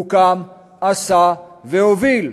הוא קם, עשה והוביל.